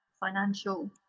financial